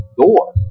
door